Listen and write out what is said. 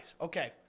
Okay